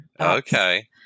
Okay